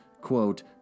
quote